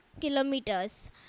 kilometers